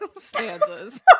stanzas